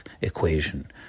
equation